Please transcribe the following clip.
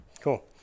Cool